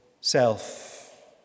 Self